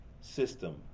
system